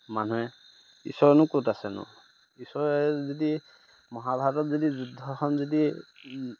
মানুহে ঈশ্বৰনো ক'ত আছেনো ঈশ্বৰে যদি মহাভাৰতত যদি যুদ্ধখন যদি